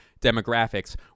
demographics